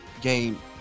game